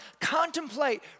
contemplate